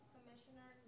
Commissioner